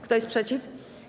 Kto jest przeciw?